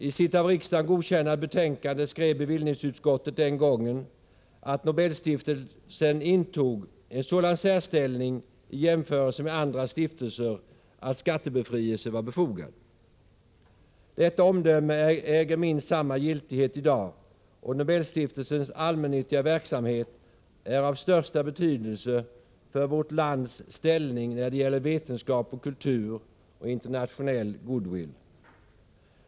I sitt av riksdagen godkända betänkande skrev bevillningsutskottet den gången att Nobelstiftelsen intog en sådan särställning i jämförelse med andra stiftelser att skattebefrielse var befogad. Detta omdöme äger minst samma giltighet i dag, och Nobelstiftelsens allmännyttiga verksamhet är av största betydelse för vårt lands ställning när det gäller vetenskap, kultur och internationell goodwill.